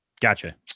Gotcha